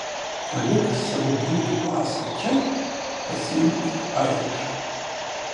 palik savo britų pasą čia pasiimk tik airišką